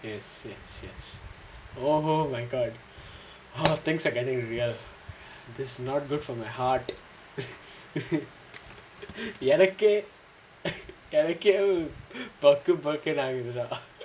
yes yes oh my god things are getting real this is not good for my heart எனக்கே எனக்கே பக்கு பக்குனு ஆகுதுடா:enakkae enakkae pakku pakkunnu aaguthudaa